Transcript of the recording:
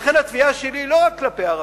לכן, התביעה שלי היא לא רק כלפי ערבים.